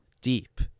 deep